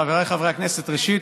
חבריי חברי הכנסת, עודד,